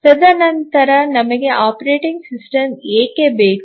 ತದನಂತರ ನಮಗೆ operating system ಏಕೆ ಬೇಕು